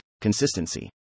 Consistency